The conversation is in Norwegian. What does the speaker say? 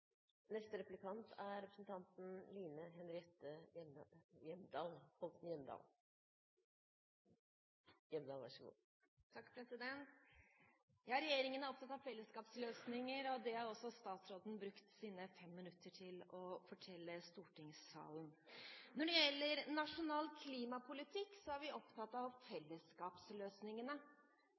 Ja, regjeringen er opptatt av fellesskapsløsninger, og det har også statsråden brukt sine 5 minutter til å fortelle stortingssalen. Når det gjelder nasjonal klimapolitikk, er vi opptatt av fellesskapsløsningene.